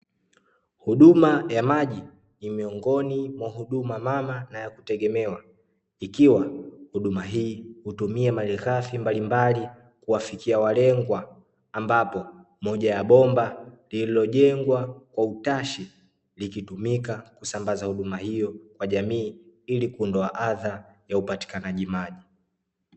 Huduma ya maji ni miongoni mwa huduma mama na ya kutegemewa, ikiwa huduma hii hutumia malighafi mbalimbali kuwafikia walengwa. Ambapo moja ya bomba lililojengwa kwa utashi likitumika kusambaza huduma hiyo kwa jamii ili kuondoa adha ya upatikanaji maji.